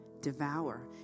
devour